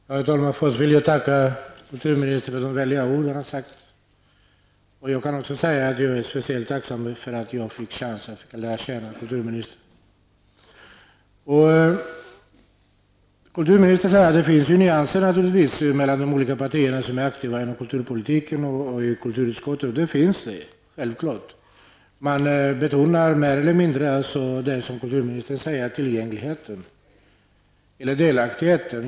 Herr talman! Jag vill först tacka kulturministern för de vänliga ord han har sagt. Jag är också speciellt tacksam för att jag fått chansen att lära känna kulturministern. Kulturministern säger att det naturligtvis finns nyanser mellan de olika partier som är aktiva i kulturpolitiken och i kulturutskottet. Det finns det självfallet. Man betonar mer eller mindre, som kulturministern säger, tillgängligheten och delaktigheten.